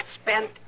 Spent